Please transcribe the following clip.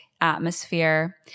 atmosphere